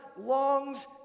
longs